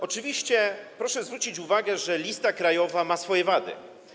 Oczywiście proszę zwrócić uwagę, że lista krajowa ma swoje wady.